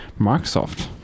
Microsoft